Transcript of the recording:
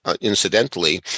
incidentally